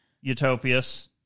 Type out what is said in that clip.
Utopias